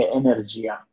energia